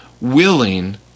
willing